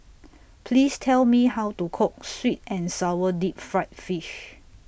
Please Tell Me How to Cook Sweet and Sour Deep Fried Fish